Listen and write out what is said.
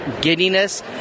giddiness